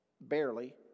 Barely